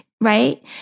Right